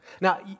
Now